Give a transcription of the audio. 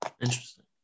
Interesting